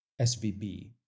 SVB